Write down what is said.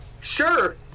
Sure